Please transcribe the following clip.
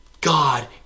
God